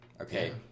okay